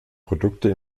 produkte